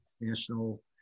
National